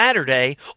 Saturday